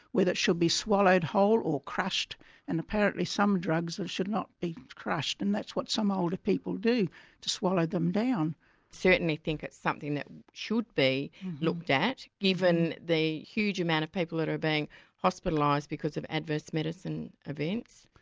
whether it should be swallowed whole, or crushed and apparently some drugs should not be crushed and that's what some older people do to swallow them down. we certainly think it's something that should be looked at given the huge amount of people that are being hospitalised because of adverse medicine events.